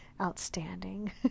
outstanding